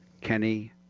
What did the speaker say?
Kenny